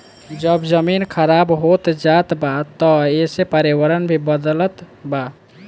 जब जमीन खराब होत जात बा त एसे पर्यावरण भी बदलत बा